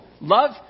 love